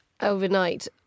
overnight